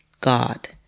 God